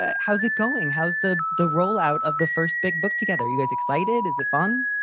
ah how's it going? how's the the rollout of the first big book together? you guys excited? is it fun?